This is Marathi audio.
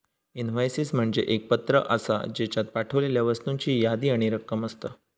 इनव्हॉयसिस म्हणजे एक पत्र आसा, ज्येच्यात पाठवलेल्या वस्तूंची यादी आणि रक्कम असता